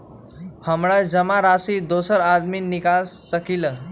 हमरा जमा राशि दोसर आदमी निकाल सकील?